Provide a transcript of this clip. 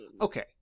Okay